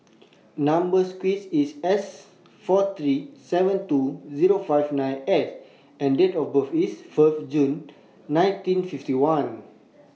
Number sequence IS S four three seven two Zero five nine S and Date of birth IS Fourth June nineteen fifty one